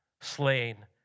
slain